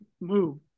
move